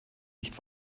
nicht